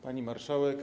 Pani Marszałek!